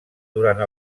durant